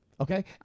Okay